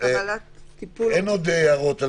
אין עוד הערות.